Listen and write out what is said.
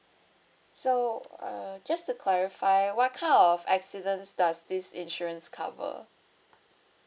so uh just to clarify what kind of accidents does this insurance cover